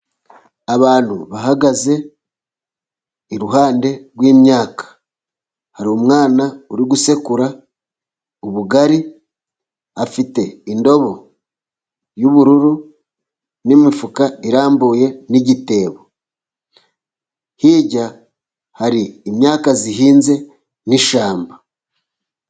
Abantu bahagaze iruhande rw'imyaka hari umwana uri gusekura ubugari, afite indobo y'ubururu n'imifuka irambuye n'igitebo. Hirya hari imyaka ihinze n'ishyamba.